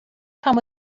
come